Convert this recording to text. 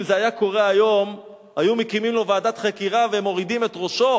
אם זה היה קורה היום היו מקימים לו ועדת חקירה ומורידים את ראשו,